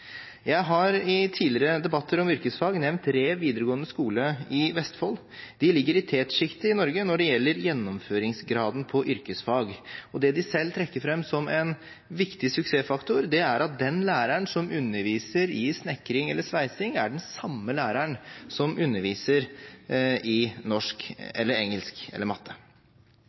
Jeg har i tidligere debatter om yrkesfag nevnt Re videregående skole i Vestfold. De ligger i tetsjiktet i Norge når det gjelder gjennomføringsgraden på yrkesfag. Det de selv trekker fram som en viktig suksessfaktor, er at den læreren som underviser i snekring eller sveising, er den samme læreren som underviser i norsk,